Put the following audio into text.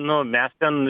nu mes ten